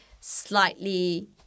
slightly